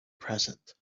present